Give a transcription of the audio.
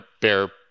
bear